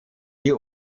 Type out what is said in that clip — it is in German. die